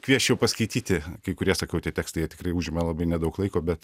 kviesčiau paskaityti kai kurie sakau tie tekstai jie tikrai užima labai nedaug laiko bet